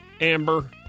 Amber